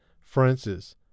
francis